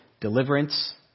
Deliverance